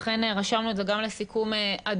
אכן רשמנו את זה גם לסיכום הדיון,